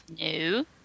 No